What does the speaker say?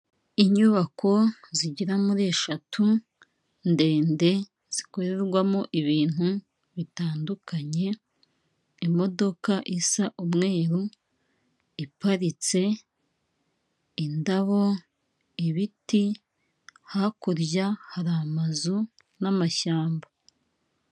Inyubako zigera muri eshatu ndende zikorerwamo ibintu bitandukanye imodoka isa umweru iparitse, indabo, ibiti hakurya hari amazu n'amashyamba.